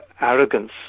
arrogance